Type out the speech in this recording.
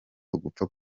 ugupfa